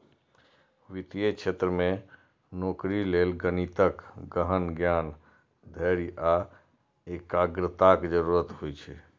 वित्तीय क्षेत्र मे नौकरी लेल गणितक गहन ज्ञान, धैर्य आ एकाग्रताक जरूरत होइ छै